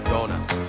Donuts